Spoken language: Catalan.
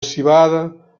civada